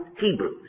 Hebrews